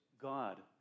God